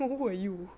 who are you